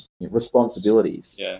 responsibilities